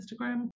Instagram